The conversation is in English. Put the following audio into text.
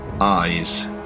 eyes